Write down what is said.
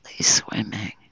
swimming